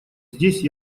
здесь